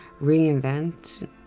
reinvent